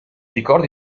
ricordi